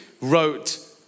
wrote